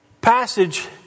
passage